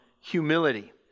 humility